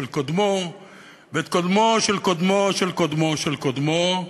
קודמו ואת קודמו של קודמו של קודמו של קודמו.